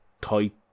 tight